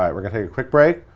um we're gonna take a quick break.